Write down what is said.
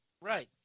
Right